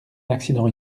accident